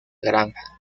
granja